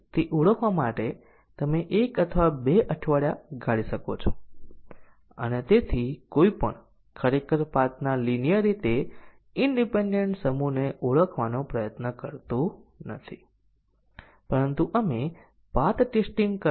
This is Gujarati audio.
અને આ એટોમિક કન્ડીશન કંપાઉંડ કન્ડીશન અથવા નિર્ણયનું પરિણામ નક્કી કરશે